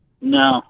No